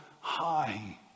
high